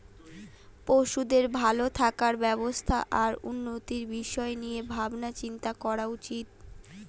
পশুদের ভালো থাকার ব্যবস্থা আর উন্নতির বিষয় নিয়ে ভাবনা চিন্তা করা উচিত